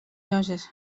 lloses